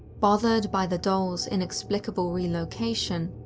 bothered by the doll's inexplicable relocation,